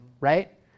right